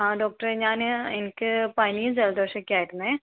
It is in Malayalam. ആ ഡോക്ടറേ ഞാൻ എനിക്ക് പനിയും ജലദോഷവുമൊക്കെ ആയിരുന്നു